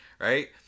Right